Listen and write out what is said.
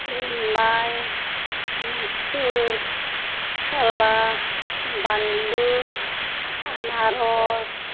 रिमाइ मुसुर काला बानलु आनारस